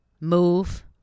move